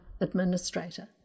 administrator